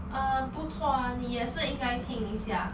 uh 不错啊你也是应该听一下